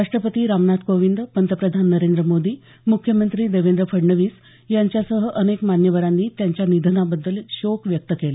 राष्ट्रपती रामनाथ कोविंद पंतप्रधान नरेंद्र मोदी मुख्यमंत्री देवेंद्र फडणवीस यांच्यासह अनेक मान्यवरांनी त्यांच्या निधनाबद्दल शोक व्यक्त केला